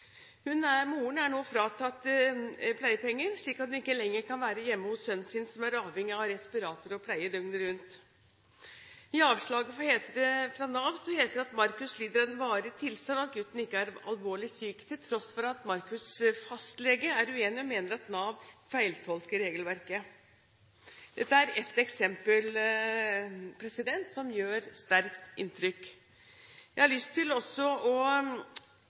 Moren er nå fratatt pleiepenger, slik at hun ikke lenger kan være hjemme hos sønnen sin som avhengig av respirator og pleie døgnet rundt. I avslaget fra Nav heter det at Markus lider av en varig tilstand, og at gutten ikke er alvorlig syk, til tross for at Markus' fastlege er uenig og mener at Nav feiltolker regelverket. Dette er ett eksempel som gjør sterkt inntrykk. Jeg har også lyst til å